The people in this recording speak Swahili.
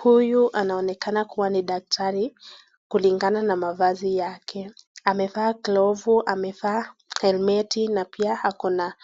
Huyu anaonekana kuwa ni daktari kulingana na mavazi yake amevaa helmeti na pia ako na